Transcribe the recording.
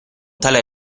tale